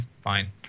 Fine